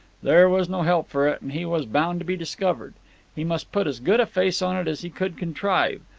there was no help for it, and he was bound to be discovered he must put as good a face on it as he could contrive.